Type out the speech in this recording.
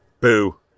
Boo